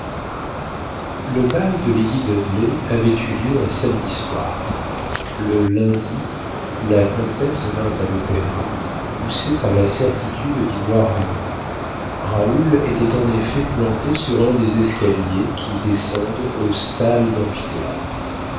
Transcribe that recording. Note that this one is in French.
le bal de lady dudley avait eu lieu un samedi soir le lundi la comtesse vint à l'opéra poussée par la certitude d'y voir raoul raoul était en effet planté sur un des escaliers qui descendent aux stalles